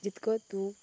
जितको तूं